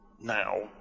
now